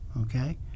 okay